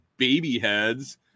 babyheads